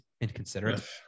Inconsiderate